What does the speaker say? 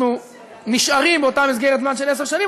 אנחנו נשארים באותה מסגרת זמן של עשר שנים,